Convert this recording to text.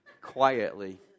quietly